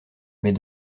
mais